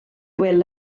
wil